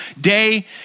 day